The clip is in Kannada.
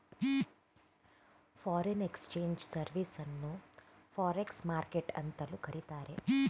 ಫಾರಿನ್ ಎಕ್ಸ್ಚೇಂಜ್ ಸರ್ವಿಸ್ ಅನ್ನು ಫಾರ್ಎಕ್ಸ್ ಮಾರ್ಕೆಟ್ ಅಂತಲೂ ಕರಿತಾರೆ